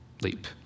Leap